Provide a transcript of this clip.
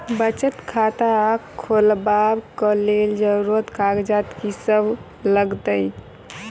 बचत खाता खोलाबै कऽ लेल जरूरी कागजात की सब लगतइ?